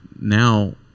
now